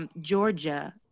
Georgia